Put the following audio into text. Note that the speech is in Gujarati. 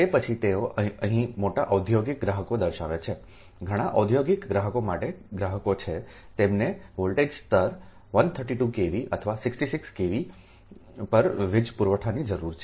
તે પછી તેઓ અહીં મોટા ઔદ્યોગિક ગ્રાહકો દર્શાવે છે ઘણા ઔદ્યોગિક ગ્રાહકો મોટા ગ્રાહકો છે તેમને વોલ્ટેજ સ્તર 132 kV અથવા 66 kVકેવી પર વીજ પુરવઠોની જરૂર છે